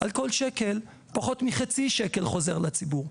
על כל שקל פחות מחצי שקל חוזר לציבור.